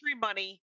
money